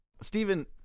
Stephen